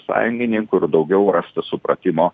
sąjungininkų ir daugiau rasti supratimo